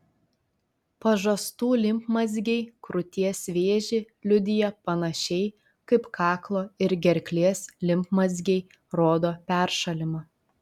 pažastų limfmazgiai krūties vėžį liudija panašiai kaip kaklo ir gerklės limfmazgiai rodo peršalimą